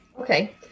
Okay